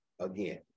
again